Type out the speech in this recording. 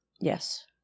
Yes